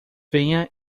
venha